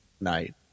night